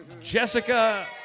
Jessica